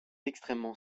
extrêmement